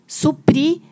suprir